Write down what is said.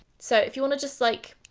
so if you wanna just like,